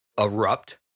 erupt